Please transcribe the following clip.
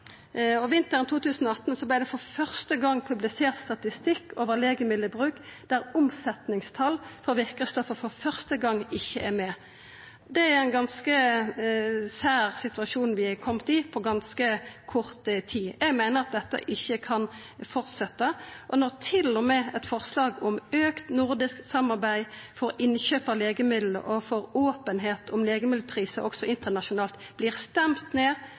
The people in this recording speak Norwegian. Vinteren 2018 vart det for første gong publisert statistikk over legemiddelbruk der omsetningstal for verkestoff ikkje er med. Det er ein ganske sær situasjon vi er komne i på ganske kort tid. Eg meiner at dette ikkje kan fortsetja. Når til og med eit forslag om auka nordisk samarbeid for innkjøp av legemiddel og for openheit om legemiddelprisar også internasjonalt kjem til å verta stemt ned,